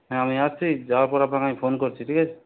হ্যাঁ আমি আসছি যাওয়ার পর আপনাকে আমি ফোন করছি ঠিক আছে